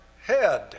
head